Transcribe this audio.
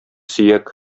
сөяк